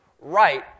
right